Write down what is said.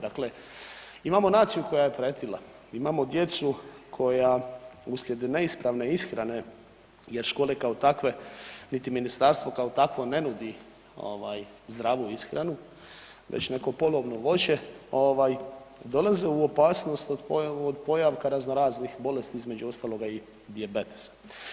Dakle, imao naciju koja je pretila, imamo djecu koja uslijed neispravne ishrane jer škole kao takve, niti ministarstvo kao takvo ne nudi ovaj zdravu ishranu već neko polovno voće, ovaj dolaze u opasnost od pojavka razno raznih bolesti, između ostaloga i dijabetesa.